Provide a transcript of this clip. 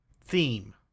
theme